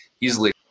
easily